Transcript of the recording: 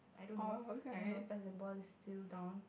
I don't know I don't know cause the ball is still down